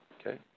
Okay